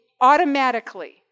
automatically